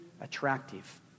attractive